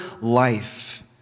life